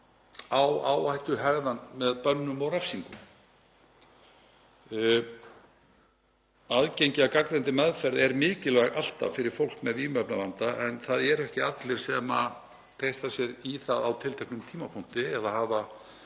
á áhættuhegðun með bönnum og refsingum. Aðgengi að gagnreyndri meðferð er alltaf mikilvæg fyrir fólk með vímuefnavanda en það eru ekki allir sem treysta sér í það á tilteknum tímapunkti eða hafa